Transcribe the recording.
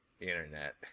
Internet